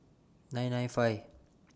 nine nine five